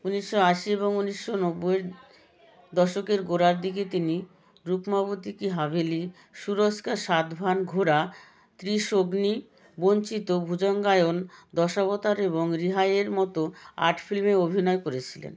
উনিশশো আশি এবং উনিশশো নব্বইয়ের দশকের গোড়ার দিকে তিনি রুকমাবতী কি হাভেলি সুরজ কা সাতভা ঘোড়া ত্রিশগ্নি বঞ্চিত ভুজঙ্গায়ন দশাবতার এবং রিহাইয়ের মতো আর্ট ফিল্মে অভিনয় করেছিলেন